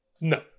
No